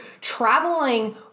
traveling